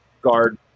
guard